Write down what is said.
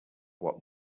what